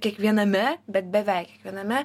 kiekviename bet beveik kiekviename